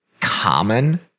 common